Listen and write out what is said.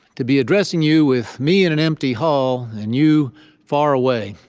to be addressing you with me in an empty hall and you far away.